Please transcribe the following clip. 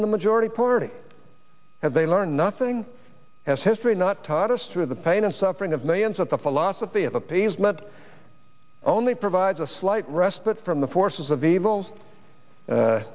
in the majority party have they learned nothing as history not taught us through the pain and suffering of millions of the philosophy of appeasement only provides a slight respite from the forces of evil